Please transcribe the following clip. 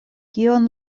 kion